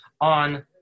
on